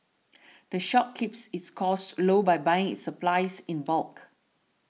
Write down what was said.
the shop keeps its costs low by buying its supplies in bulk